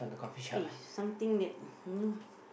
eh something that you know